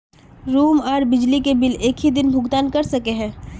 Room आर बिजली के बिल एक हि दिन भुगतान कर सके है?